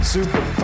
Super